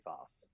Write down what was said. fast